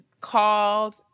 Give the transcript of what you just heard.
called